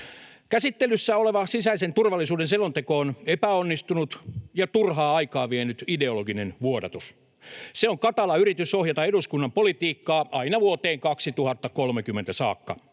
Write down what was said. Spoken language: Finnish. Käsittelyssä oleva sisäisen turvallisuuden selonteko on epäonnistunut ja turhaa aikaa vienyt ideologinen vuodatus. Se on katala yritys ohjata eduskunnan politiikkaa aina vuoteen 2030 saakka.